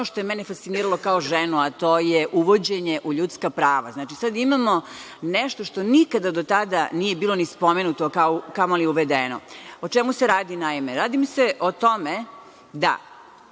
ono što je mene fasciniralo kao ženu, a to je uvođenje u ljudska prava. Znači, sada imamo nešto što nikada do tada nije bilo ni spomenuto, a kamo li uvedeno.O čemu se radi? Radi se o tome da